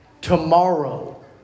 Tomorrow